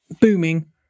booming